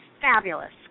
fabulous